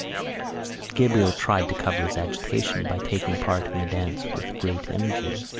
gabriel tried to cover his agitation by taking part in the dance with great energy.